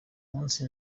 munsi